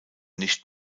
nicht